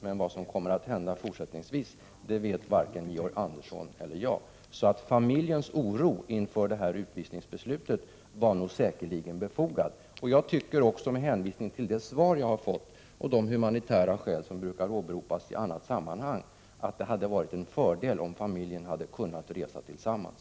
Men vad som kommer att hända fortsättningsvis vet varken Georg Andersson eller jag. Familjens oro inför utvisningsbeslutet var alltså säkerligen befogad. Med hänvisning till det svar som jag har fått och de humanitära skäl som brukar åberopas i andra sammanhang vill jag framhålla att det hade varit en fördel om alla familjemedlemmar hade kunnat resa tillsammans.